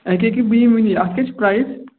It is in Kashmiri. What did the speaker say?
أکیٛاہ أکیٛاہ بہٕ یمہِ وُنی اَتھ کیٛاہ چھُ پرٛایز